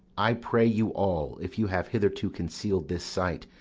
i pray you all, if you have hitherto conceal'd this sight,